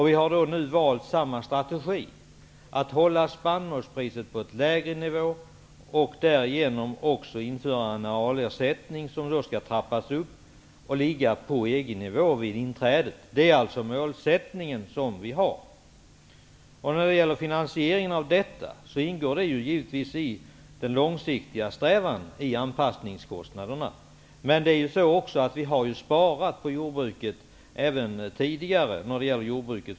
Vi har valt samma strategi att hålla spannmålspriset på en lägre nivå samt ha en arealersättning som skall trappas upp och ligga på EG-nivå vid inträdet. Det är vårt mål. Finansieringen av detta ingår givetvis i vår långsiktiga strävan när det gäller anpassningskostnaderna. Men vi har ju sparat på jordbrukets budget även tidigare.